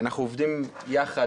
אנחנו עובדים יחד,